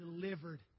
delivered